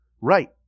Right